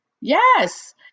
yes